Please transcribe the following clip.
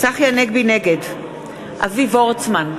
נגד אבי וורצמן,